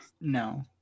No